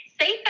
safe